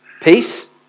Peace